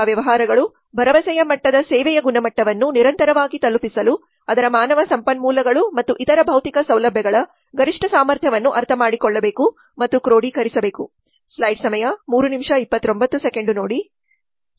ಸೇವಾ ವ್ಯವಹಾರಗಳು ಭರವಸೆಯ ಮಟ್ಟದ ಸೇವೆಯ ಗುಣಮಟ್ಟವನ್ನು ನಿರಂತರವಾಗಿ ತಲುಪಿಸಲು ಅದರ ಮಾನವ ಸಂಪನ್ಮೂಲಗಳು ಮತ್ತು ಇತರ ಭೌತಿಕ ಸೌಲಭ್ಯಗಳ ಗರಿಷ್ಠ ಸಾಮರ್ಥ್ಯವನ್ನು ಅರ್ಥಮಾಡಿಕೊಳ್ಳಬೇಕು ಮತ್ತು ಕ್ರೋಡೀಕರಿಸಬೇಕು